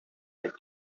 that